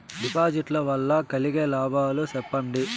డిపాజిట్లు లు వల్ల కలిగే లాభాలు సెప్పండి?